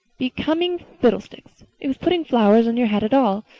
becoming fiddlesticks! it was putting flowers on your hat at all,